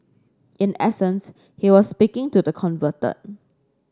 in essence he was speaking to the converted